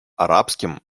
арабским